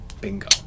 Bingo